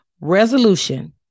Resolution